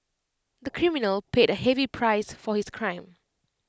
the criminal paid A heavy price for his crime